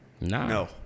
No